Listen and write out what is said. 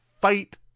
fight